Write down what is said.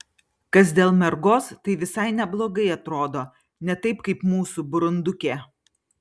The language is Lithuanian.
kas dėl mergos tai visai neblogai atrodo ne taip kaip mūsų burundukė